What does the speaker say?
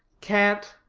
can't.